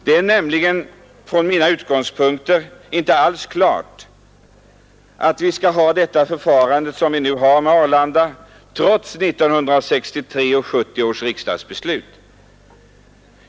Det är nämligen från mina utgångspunkter inte alls klart att vi skall ha det förfarande som vi nu har i fråga om Arlanda trots 1963 och 1970 års riksdagsbeslut.